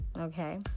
Okay